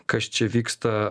kas čia vyksta